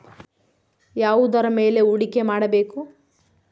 ಯಾವುದರ ಮೇಲೆ ಹೂಡಿಕೆ ಮಾಡಬೇಕು?